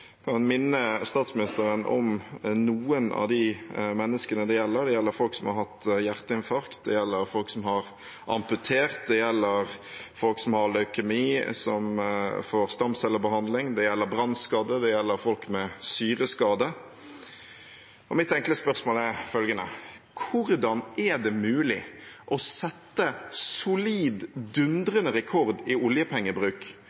kan minne statsministeren om noen av de menneskene det gjelder: Det gjelder folk som har hatt hjerteinfarkt, folk som har amputert, folk som har leukemi, og som får stamcellebehandling, brannskadde, folk med syreskader. Mitt enkle spørsmål er følgende: Hvordan er det mulig å sette en solid